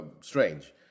strange